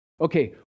Okay